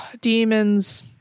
Demons